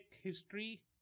history